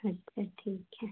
अच्छा ठीक है